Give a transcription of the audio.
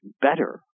better